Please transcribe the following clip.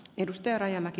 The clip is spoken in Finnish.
arvoisa puhemies